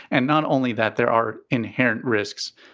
and not only that, there are inherent risks.